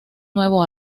nuevo